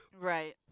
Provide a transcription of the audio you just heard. Right